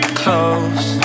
close